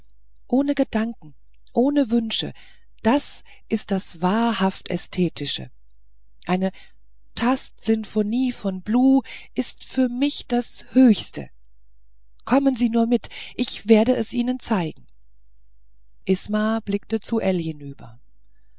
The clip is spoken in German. ohne gedanken ohne wünsche das ist das wahrhaft ästhetische eine tastsymphonie von blu ist für mich das höchste kommen sie nur mit ich werde sie ihnen zeigen isma blickte zu ell hinüber